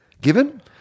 given